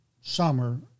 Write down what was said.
summer